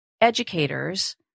educators